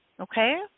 Okay